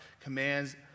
commands